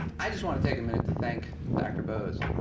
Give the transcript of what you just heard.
i just want to take a minute to thank dr. bose.